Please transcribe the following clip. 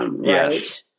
Yes